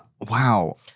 Wow